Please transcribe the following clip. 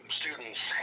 students